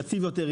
יציב יותר,